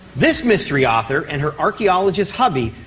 this mystery author, and her archaeologist hubby,